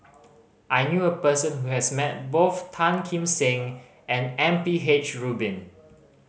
I knew a person who has met both Tan Kim Seng and M P H Rubin